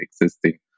existing